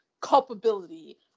culpability